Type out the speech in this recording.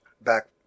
back